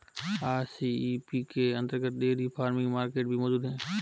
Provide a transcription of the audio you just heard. RCEP के अंतर्गत dairy farming market भी मौजूद है